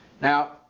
Now